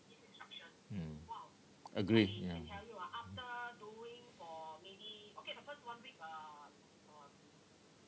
mm agree ya